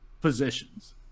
positions